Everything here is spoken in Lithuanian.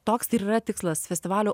toks ir yra tikslas festivalio